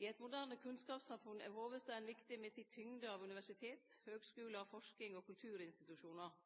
I eit moderne kunnskapssamfunn er hovudstaden viktig med si tyngd av universitet, høgskular, forsking og kulturinstitusjonar.